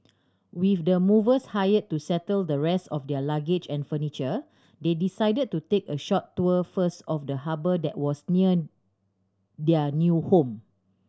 with the movers hired to settle the rest of their luggage and furniture they decided to take a short tour first of the harbour that was near their new home